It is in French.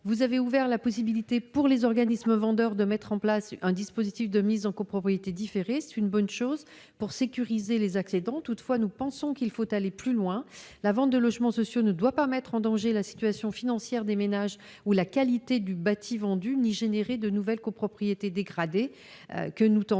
Vous avez ouvert aux organismes vendeurs la possibilité de mettre en place un dispositif de mise en copropriété différée. C'est une bonne chose pour sécuriser les accédants. Toutefois, nous pensons qu'il faut aller plus loin. La vente des logements sociaux ne doit pas mettre en danger la situation financière des ménages ou la qualité du bâti vendu ni produire de nouvelles copropriétés dégradées, alors que